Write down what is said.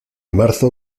marzo